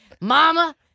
mama